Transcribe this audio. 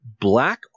Black